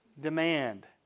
demand